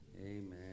Amen